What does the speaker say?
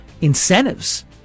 incentives